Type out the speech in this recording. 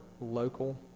local